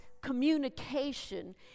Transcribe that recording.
communication